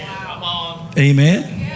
Amen